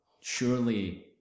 surely